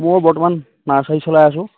মোৰ বৰ্তমান নাৰ্ছাৰী চলাই আছোঁ